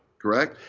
correct?